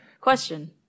question